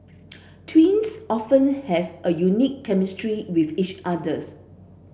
twins often have a unique chemistry with each others